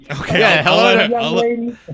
Okay